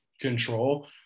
control